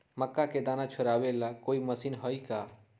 मक्का के दाना छुराबे ला कोई मशीन हई का?